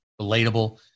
relatable